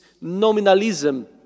nominalism